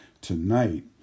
tonight